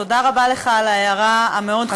תודה רבה לך על ההערה המאוד-חשובה.